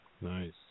Nice